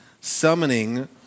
summoning